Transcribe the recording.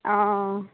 অঁ